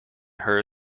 her